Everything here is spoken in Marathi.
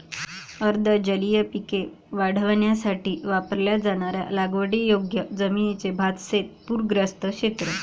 अर्ध जलीय पिके वाढवण्यासाठी वापरल्या जाणाऱ्या लागवडीयोग्य जमिनीचे भातशेत पूरग्रस्त क्षेत्र